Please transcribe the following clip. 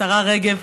השרה רגב,